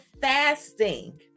fasting